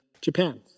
Japan